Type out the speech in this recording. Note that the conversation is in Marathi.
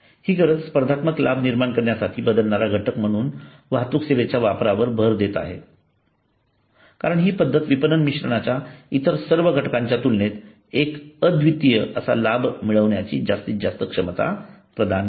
ही गरज स्पर्धात्मक लाभ निर्माण करण्यासाठी बदलणारा घटक म्हणून वाहतूक सेवांच्या वापरावर भर देत आहे कारण हि पद्धत विपणन मिश्रणाच्या इतर सर्व घटकांच्या तुलनेत एक अद्वितीय असा लाभ मिळवण्याची जास्तीत जास्त क्षमता प्रदान करते